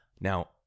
Now